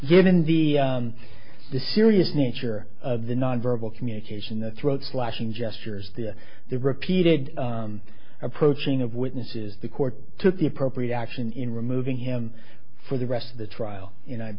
given the the serious nature of the nonverbal communication the throat slashing gestures the the repeated approaching of witnesses the court took the appropriate action in removing him for the rest of the trial